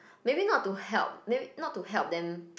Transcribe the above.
maybe not to help maybe not to help them